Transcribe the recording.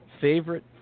favorite